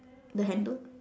the handle